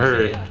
hurry.